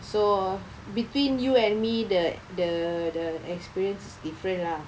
so between you and me the the the experience is different lah